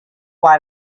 why